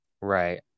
Right